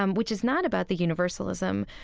um which is not about the universalism,